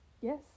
yes